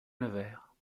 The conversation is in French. nevers